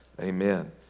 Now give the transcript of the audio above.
Amen